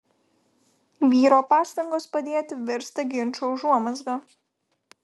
vyro pastangos padėti virsta ginčo užuomazga